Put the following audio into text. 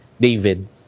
David